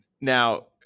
Now